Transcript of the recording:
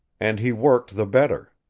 and he worked the better.